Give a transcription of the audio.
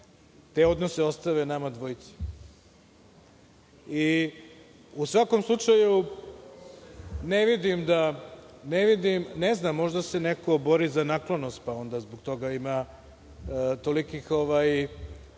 te odnose ostave nama dvojici i u svakom slučaju, ne vidim, ne znam, možda se neko bori za naklonost pa onda zbog toga ima tolikih, nisam